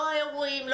לא אירועים,